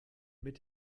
mit